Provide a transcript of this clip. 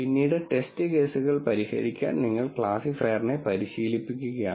പിന്നീട് ടെസ്റ്റ് കേസുകൾ പരിഹരിക്കാൻ നിങ്ങൾ ക്ലാസിഫയറിനെ പരിശീലിപ്പിക്കുകയാണ്